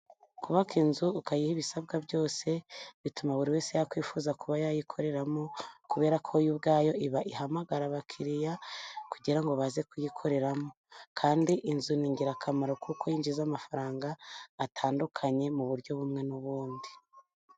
Kubaka inzu ukayiha ibisabwa byose, bituma buri wese yakwifuza kuba yayikoreramo, kubera ko yo ubwayo iba ihamagara abakiriya kugira ngo baze kuyikoreramo, kandi inzu ni ingirakamaro kuko yinjiza amafaranga atandukanye, mu buryo bumwe n'ubundi.